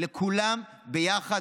לכולם ביחד.